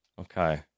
Okay